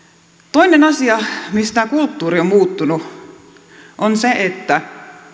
toinen asia missä tämä kulttuuri on muuttunut on se että